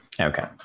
Okay